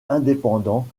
indépendant